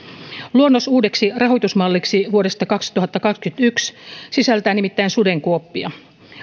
luonnos uudeksi rahoitusmalliksi vuodesta kaksituhattakaksikymmentäyksi sisältää nimittäin sudenkuoppia